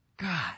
God